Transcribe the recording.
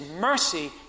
mercy